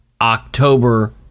October